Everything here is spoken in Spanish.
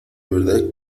verdad